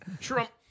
Trump